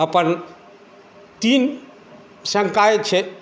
अपन तीन संकाय छै